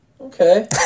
Okay